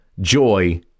joy